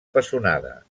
pessonada